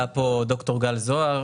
עלה פה ד"ר גל זוהר,